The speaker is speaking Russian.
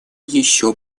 еще